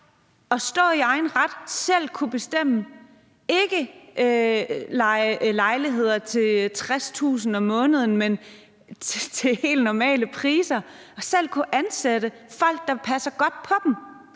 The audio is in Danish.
at stå i egen ret og selv kunne bestemme og ikke skulle leje lejligheder til 60.000 kr. om måneden, men til helt normale priser, og selv kunne ansætte folk, der vil passe godt på dem,